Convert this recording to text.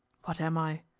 what am i?